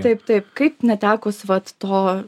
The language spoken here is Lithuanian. taip taip kaip netekus vat to